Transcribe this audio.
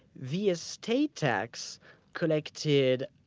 the estate tax collected,